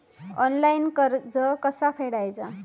Online कर्ज कसा फेडायचा?